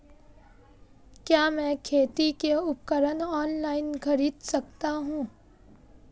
क्या मैं खेती के उपकरण ऑनलाइन खरीद सकता हूँ?